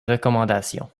recommandations